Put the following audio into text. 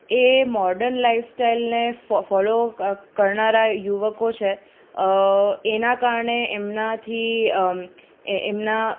એ modern life સ્ટાઈલને ફ follow કરનારા યુવકો છે એના કારણે એમનાથી એમના